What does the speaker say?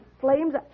flames